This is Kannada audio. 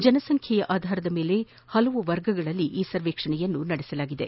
ಜನಸಂಖ್ಯೆಯ ಆಧಾರದ ಮೇಲೆ ಹಲವು ವರ್ಗಗಳಲ್ಲಿ ಈ ಸರ್ವೇಕ್ಷಣೆಯನ್ನು ನಡೆಸಲಾಗಿದೆ